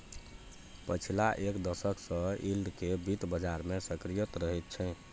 पछिला एक दशक सँ यील्ड केँ बित्त बजार मे सक्रिय रहैत छै